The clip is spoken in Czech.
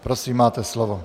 Prosím, máte slovo.